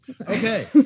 okay